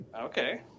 Okay